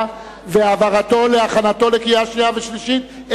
ועל העברתו לשם הכנה לקריאה שנייה ולקריאה שלישית,